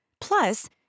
Plus